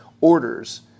orders